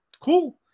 Cool